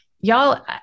y'all